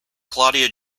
claudia